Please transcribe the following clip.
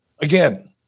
Again